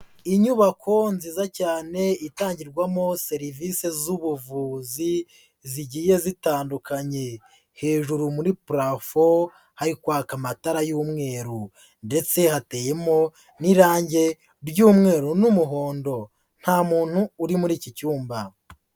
Inyubako nziza cyane itangirwamo serivisi z'ubuvuzi zigiye zitandukanye, hejuru muri purafo hari kwaka amatara y'umweru ndetse hateyemo n'irange ry'umweru n'umuhondo nta muntu uri muri iki cyumba.